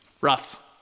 rough